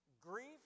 grief